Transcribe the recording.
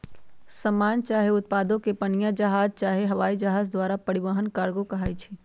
समान चाहे उत्पादों के पनीया जहाज चाहे हवाइ जहाज द्वारा परिवहन कार्गो कहाई छइ